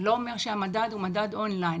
זה לא אומר שהמדד הוא מדד און-ליין.